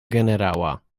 generała